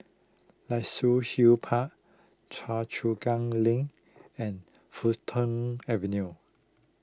Luxus Hill Park Choa Chu Kang Link and Fulton Avenue